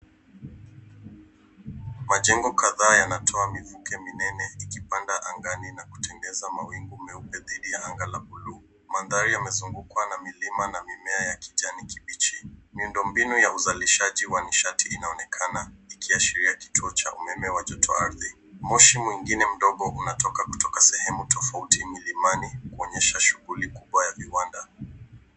Majengo kadhaa yanatoa mivuke minene ikipanda angani na kutengeza mawingu meupe dhidi ya anga la buluu. Mandhari yamezungukwa na milima na mimea ya kijani kibichi. Miundo mbinu ya uzalishaji wa nishati inaonekana ikiashiria kituo cha umeme wa joto ardhi. Moshi mwingine mdogo unatoka kutoka sehemu tofauti milimani kuonyesha shughuli kubwa ya viwanda.